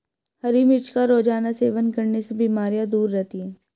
हरी मिर्च का रोज़ाना सेवन करने से बीमारियाँ दूर रहती है